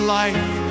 life